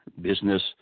business